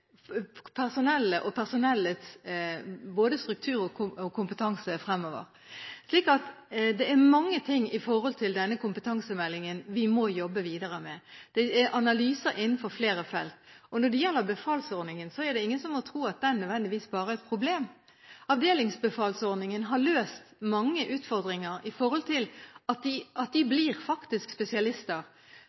personellet og personellets både struktur og kompetanse fremover. Så det er mange ting i denne kompetansemeldingen vi må jobbe videre med. Det er analyser innenfor flere felt. Når det gjelder befalsordningen, er det ingen som må tro at den nødvendigvis bare er et problem. Avdelingsbefalsordningen har løst mange utfordringer med tanke på at de faktisk blir spesialister. Så ser jo vi også at noen ganger trenger vi det avdelingsbefalet lenger enn til de